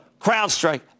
CrowdStrike